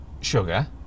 sugar